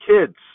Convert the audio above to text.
kids